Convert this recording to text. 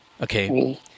Okay